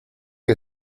que